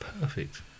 perfect